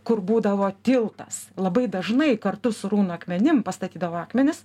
kur būdavo tiltas labai dažnai kartu su runų akmenim pastatydavo akmenis